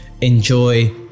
enjoy